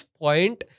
point